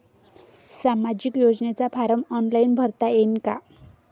सामाजिक योजनेचा form online भरता येईन का?